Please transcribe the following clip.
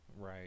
right